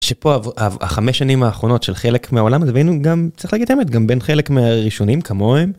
שפה החמש שנים האחרונות של חלק מהעולם לפעמים גם צריך להגיד את האמת גם בין חלק מהראשונים כמוהם.